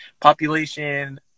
population